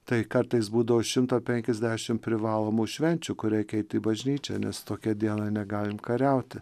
tai kartais būdavo šimtą penkiasdešimt privalomų švenčių kur reikia eit į bažnyčią nes tokią dieną negalim kariauti